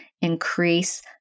increase